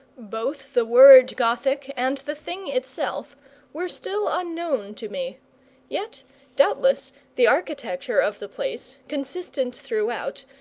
both the word gothic and the thing itself were still unknown to me yet doubtless the architecture of the place, consistent throughout,